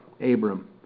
Abram